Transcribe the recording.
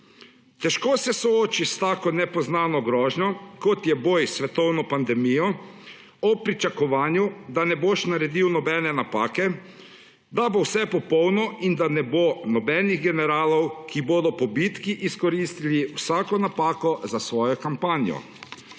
Težko se soočiš s tako nepoznano grožnjo, kot je boj s svetovno pandemijo, ob pričakovanju, da ne boš naredil nobene napake, da bo vse popolno in da ne bo nobenih generalov, ki bodo po bitki izkoristili vsako napako za svojo kampanjo.